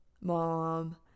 mom